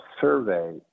survey